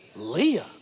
Leah